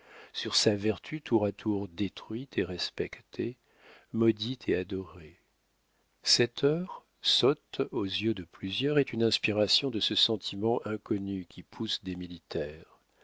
sur sa vertu tour à tour détruite et respectée maudite et adorée cette heure sotte aux yeux de plusieurs est une inspiration de ce sentiment inconnu qui pousse des militaires